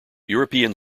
european